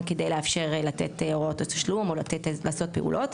כדי לאפשר לתת הוראת תשלום או לעשות פעולות,